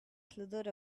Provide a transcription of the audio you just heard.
slithered